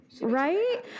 Right